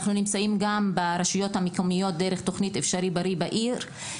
אנחנו גם נמצאים ברשויות המקומיות דרך תכנית "אפשרי בריא" בעיר.